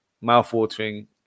mouth-watering